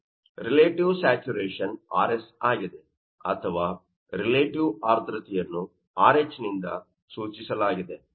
relative saturation RS ಆಗಿದೆ ಅಥವಾ relative ಆರ್ದ್ರತೆಯನ್ನು RH ನಿಂದ ಸೂಚಿಸಲಾಗಿದೆ